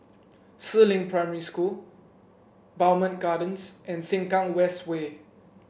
Si Ling Primary School Bowmont Gardens and Sengkang West Way